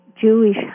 Jewish